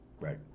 right